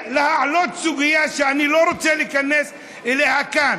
להעלות סוגיה שאני לא רוצה להיכנס אליה כאן,